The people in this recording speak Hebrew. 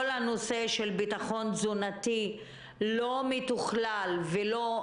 הנושא של ביטחון תזונתי לא מתוכלל ולא